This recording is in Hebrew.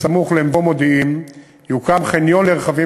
בסמוך למבוא-מודיעים יוקם חניון לרכבים